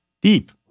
deep